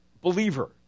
believer